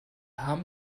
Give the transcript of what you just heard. haben